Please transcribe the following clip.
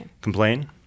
Complain